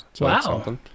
Wow